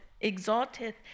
exalteth